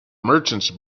merchants